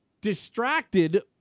distracted